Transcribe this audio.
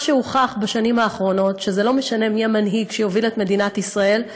מה שהוכח בשנים האחרונות שלא משנה מי המנהיג שיוביל את מדינת ישראל,